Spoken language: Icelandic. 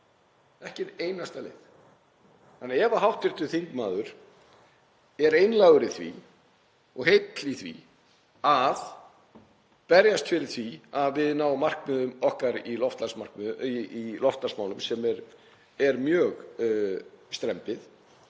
ein einasta leið. Þannig að ef hv. þingmaður er einlægur í því og heill í því að berjast fyrir því að við náum markmiðum okkar í loftslagsmálum, sem er mjög strembið,